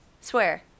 swear